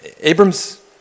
Abram's